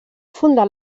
fundar